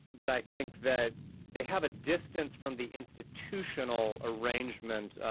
but i think that they have a distance from the institutional arrangement,